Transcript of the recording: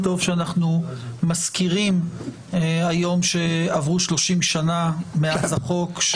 טוב שאנחנו מזכירים היום שעברו שלושים שנה מאז החוק,